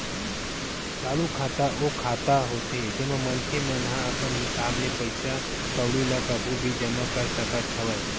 चालू खाता ओ खाता होथे जेमा मनखे मन ह अपन हिसाब ले पइसा कउड़ी ल कभू भी जमा कर सकत हवय